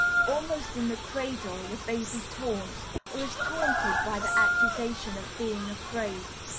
almost in the cradle the baby taunts or is taunted by the accusation of being afraid.